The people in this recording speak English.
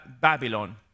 Babylon